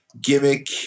gimmick